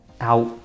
out